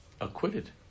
acquitted